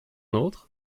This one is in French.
autre